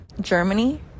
Germany